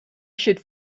should